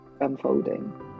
unfolding